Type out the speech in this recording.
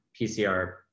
PCR